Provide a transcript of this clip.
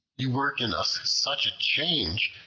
you work in us such a change,